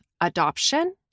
adoption